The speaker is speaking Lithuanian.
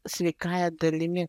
sveikąja dalimi